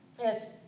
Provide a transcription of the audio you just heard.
yes